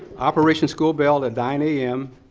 operation school bell at nine a m.